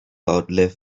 outlive